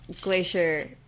Glacier